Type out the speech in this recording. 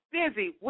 busy